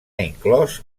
inclòs